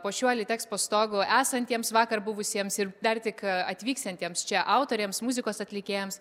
po šiuo litexpo stogu esantiems vakar buvusiems ir dar tik atvyksiantiems čia autoriams muzikos atlikėjams